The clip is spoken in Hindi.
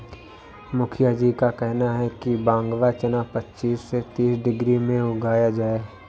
मुखिया जी का कहना है कि बांग्ला चना पच्चीस से तीस डिग्री में उगाया जाए